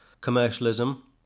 commercialism